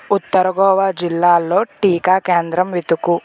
ఉత్తర గోవా జిల్లాల్లో టీకా కేంద్రం వెతుకు